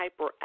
hyperactive